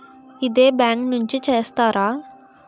ఇదే బ్యాంక్ నుంచి చేస్తారా?